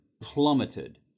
plummeted